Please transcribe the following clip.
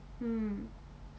mm